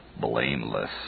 blameless